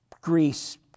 Greece